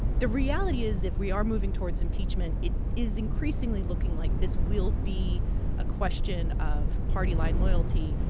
the reality is if we are moving towards impeachment, it is increasingly looking like this will be a question of party line loyalty.